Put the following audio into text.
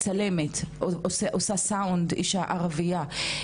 צלמת, עושה סאונד, אישה ערבייה.